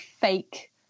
fake